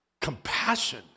compassion